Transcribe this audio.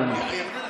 אדוני.